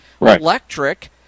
Electric